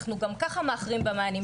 גם ככה אנחנו מאחרים במענים.